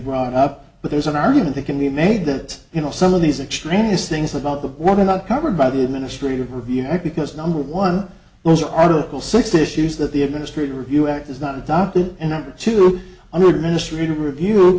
brought up but there's an argument that can be made that you know some of these extraneous things about the world are not covered by the administrative review act because number one those are article six issues that the administrative review act is not adopted and number two i would ministry to review